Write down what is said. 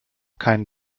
keinen